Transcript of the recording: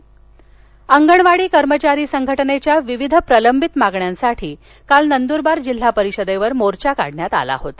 नंदरवार अंगणवाडी कर्मचारी संघटनेच्या विविध प्रलंबीत मागण्यासाठी काल नंदूरबार जिल्हा परिषदेवर मोर्चा काढण्यात आला होता